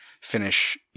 finish